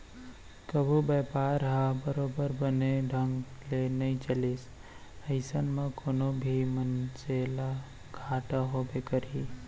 कभू बयपार ह बरोबर बने ढंग ले नइ चलिस अइसन म कोनो भी मनसे ल घाटा होबे करही